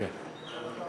זה בסדר.